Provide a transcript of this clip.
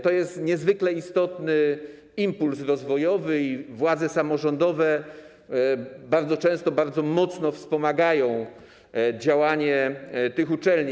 To jest niezwykle istotny impuls rozwojowy i władze samorządowe bardzo często bardzo mocno wspomagają działanie tych uczelni.